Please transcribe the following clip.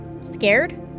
scared